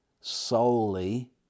solely